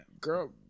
Girl